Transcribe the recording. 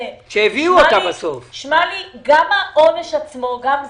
שגם העונש עצמו,